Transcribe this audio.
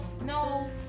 no